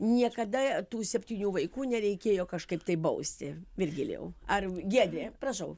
niekada tų septynių vaikų nereikėjo kažkaip tai bausti virgilijau ar giedre prašau